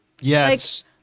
Yes